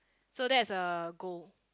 so that's a goal